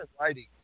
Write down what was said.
writing